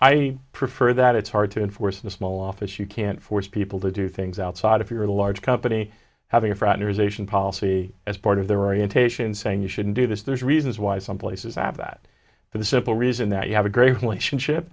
i prefer that it's hard to enforce in a small office you can't force people to do things outside if you're a large company having a fraternization policy as part of their orientation saying you shouldn't do this there's reasons why some places have that for the simple reason that you have a great question ship